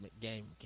game